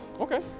Okay